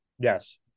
Yes